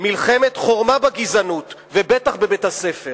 מלחמת חורמה בגזענות, ובטח בבית-הספר.